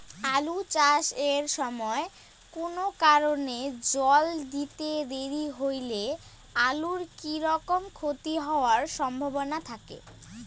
আলু চাষ এর সময় কুনো কারণে জল দিতে দেরি হইলে আলুর কি রকম ক্ষতি হবার সম্ভবনা থাকে?